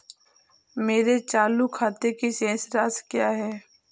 मेरे चालू खाते की शेष राशि क्या है?